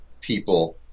people